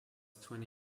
twenty